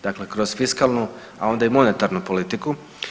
Dakle, kroz fiskalnu, a onda i monetarnu politiku.